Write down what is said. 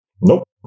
Nope